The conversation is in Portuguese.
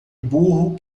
burro